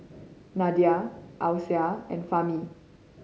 Nadia Alyssa and Fahmi